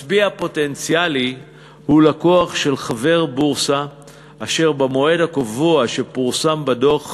מצביע פוטנציאלי הוא לקוח של חבר בורסה אשר במועד הקבוע שפורסם בדוח